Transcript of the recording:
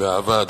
באהבה,